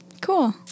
Cool